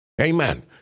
Amen